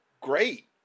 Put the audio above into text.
great